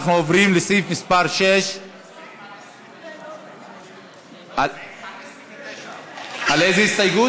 אנחנו עוברים לסעיף מס' 6. מצביעים על 29. על איזה הסתייגות?